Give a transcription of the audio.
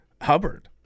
Hubbard